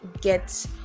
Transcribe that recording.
get